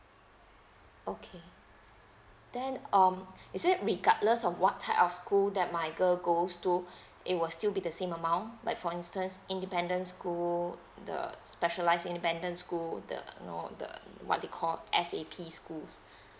okay then um is it regardless of what type of school that my girl goes to it will still be the same amount like for instance independent school the specialize in abandon school the you know the what they call S_A_P school